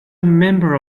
member